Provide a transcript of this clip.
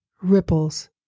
Ripples